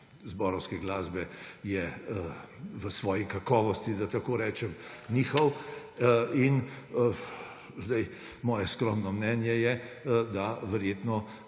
zborovske glasbe je v svoji kakovosti, da tako rečem, nihal. Moje skromno mnenje je, da verjetno